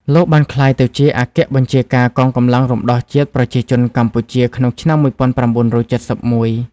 លោក បានក្លាយទៅជាអគ្គបញ្ជា ការកងកម្លាំងរំដោះជាតិប្រជាជនកម្ពុជា ក្នុងឆ្នាំ១៩៧១ ។